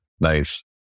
Nice